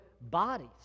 bodies